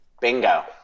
Bingo